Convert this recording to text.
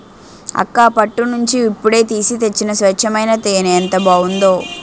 అక్కా పట్టు నుండి ఇప్పుడే తీసి తెచ్చిన స్వచ్చమైన తేనే ఎంత బావుందో